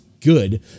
good